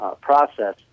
process